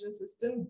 system